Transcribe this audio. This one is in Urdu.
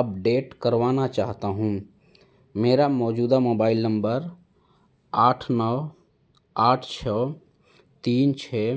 اپڈیٹ کروانا چاہتا ہوں میرا موجودہ موبائل نمبر آٹھ نو آٹھ چھ تین چھ